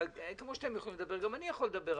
כמו שאתם יכולים לדבר, גם אני יכול לדבר.